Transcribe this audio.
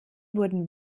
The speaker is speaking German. wurden